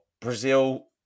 Brazil